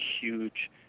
huge